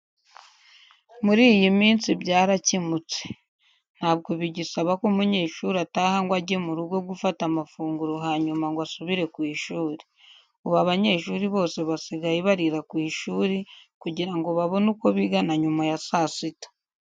Muri iyi minsi byarakemutse. Ntabwo bigisaba ko umunyeshuri ataha ngo ajye mu rugo gufata amafunguro hanyuma ngo asubire ku ishuri. Ubu abanyeshuri bose basigaye barira ku ishuri kugira ngo babone uko biga na nyuma ya saa sita.